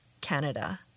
canada